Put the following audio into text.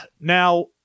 now